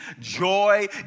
Joy